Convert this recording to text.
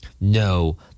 No